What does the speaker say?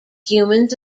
humans